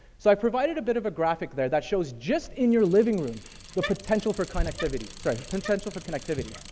so i've provided a bit of a graphic there that shows just in your living room the potential for connectivity. sorry, the potential for connectivity.